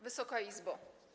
Wysoka Izbo!